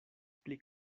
pli